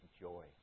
joy